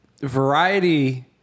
Variety